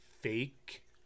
fake